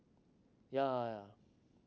ya ah ya